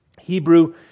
Hebrew